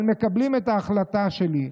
אבל מקבלים את ההחלטה שלי.